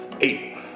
Eight